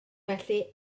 felly